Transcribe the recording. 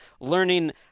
Learning